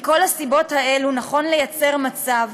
מכל הסיבות האלה נכון לייצר מצב